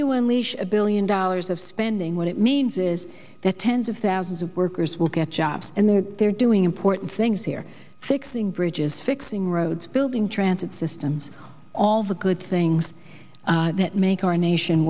unleash a billion dollars spending what it means is that tens of thousands of workers will get jobs and they're there doing important things here fixing bridges fixing roads building transit systems all the good things that make our nation